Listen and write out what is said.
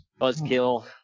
Buzzkill